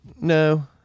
No